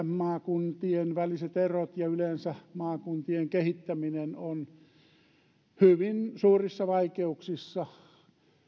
maakuntien väliset erot ja se että maakuntien kehittäminen yleensä on hyvin suurissa vaikeuksissa